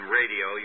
radio